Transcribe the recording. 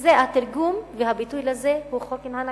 וזה התרגום, והביטוי לזה הוא החוק לגבי ה"נכבה".